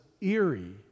eerie